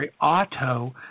auto